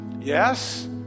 Yes